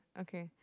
okay